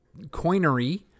coinery